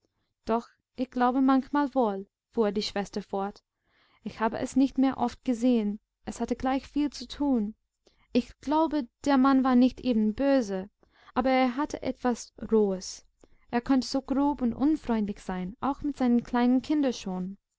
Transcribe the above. doch ich glaube manchmal wohl fuhr die schwester fort ich habe es nicht mehr oft gesehen es hatte gleich viel zu tun ich glaube der mann war nicht eben böse aber er hatte etwas rohes er konnte so grob und unfreundlich sein auch mit seinen kleinen kindern schon